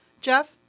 Jeff